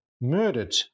murdered